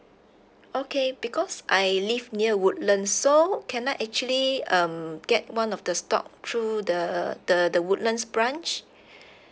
okay because I live near woodlands so can I actually um get one of the stock through the the the woodlands branch